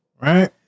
Right